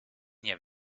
nie